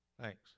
Thanks